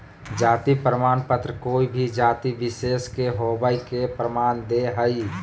जाति प्रमाण पत्र कोय भी जाति विशेष के होवय के प्रमाण दे हइ